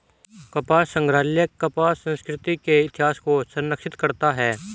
कपास संग्रहालय कपास संस्कृति के इतिहास को संरक्षित करता है